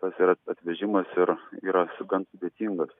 tas ir atvežimas ir yra su gan sudėtingas